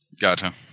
gotcha